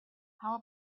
how